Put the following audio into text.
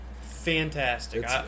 Fantastic